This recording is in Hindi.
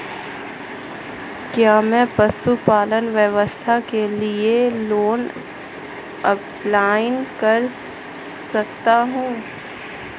क्या मैं पशुपालन व्यवसाय के लिए लोंन अप्लाई कर सकता हूं?